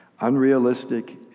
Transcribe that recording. Unrealistic